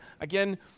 Again